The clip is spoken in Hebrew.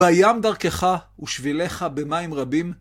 בים דרכך ושבילך במים רבים.